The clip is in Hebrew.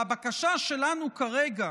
והבקשה שלנו כרגע